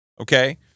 okay